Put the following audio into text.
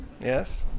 Yes